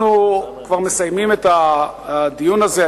אנחנו כבר מסיימים את הדיון הזה,